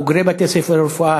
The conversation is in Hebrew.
בבוגרי בתי-הספר לרפואה,